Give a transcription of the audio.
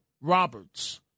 Roberts